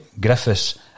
Griffiths